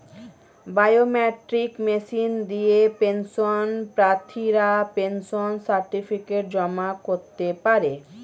biometric machine দিয়ে pension প্রার্থীরা pension certificate জমা করতে পারে